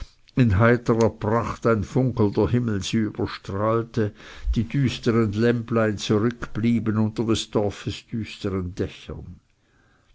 in heiterer pracht ein funkelnder himmel sie überstrahlte die düstern lämplein zurückblieben unter des dorfes düstern dächern